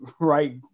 right